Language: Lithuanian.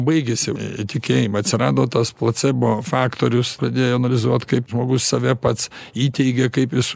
baigėsi e tikėjimai atsirado tas placebo faktorius pradėjo analizuoti kaip žmogus save pats įteigia kaip jis